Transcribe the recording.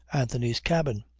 anthony's cabin.